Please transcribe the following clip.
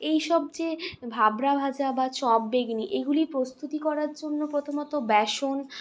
এইসব যে ভাবরা ভাজা বা চপ বেগুনী এগুলি প্রস্তুতি করার জন্য প্রথমত ব্যাসন